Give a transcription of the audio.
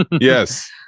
yes